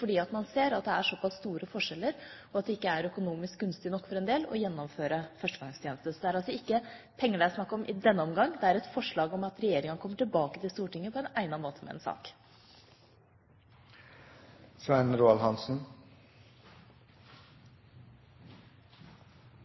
fordi man ser at det her er såpass store forskjeller, og at det ikke er økonomisk gunstig nok for en del å gjennomføre førstegangstjeneste. Så det er altså ikke penger det er snakk om i denne omgang. Det er et forslag om at regjeringa kommer tilbake til Stortinget på egnet måte med en